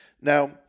Now